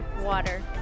water